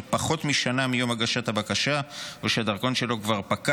פחות משנה מיום הגשת הבקשה או שהדרכון שלו כבר פקע